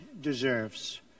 deserves